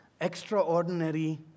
extraordinary